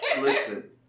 Listen